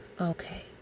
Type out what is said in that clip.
okay